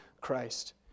Christ